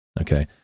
Okay